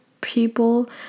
people